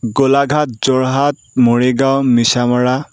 Golaghat Jorhat Morigaon Misamora